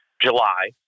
July